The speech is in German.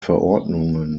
verordnungen